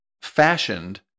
fashioned